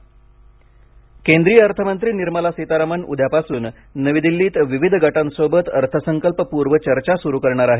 अर्थसंकल्पपर्व चर्चा केंद्रीय अर्थमंत्री निर्मला सीतारमण उद्यापासून नवी दिल्लीत विविध गटांसोबत अर्थसंकल्प पूर्व चर्चा सुरू करणार आहेत